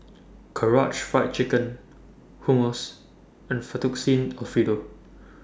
Karaage Fried Chicken Hummus and Fettuccine Alfredo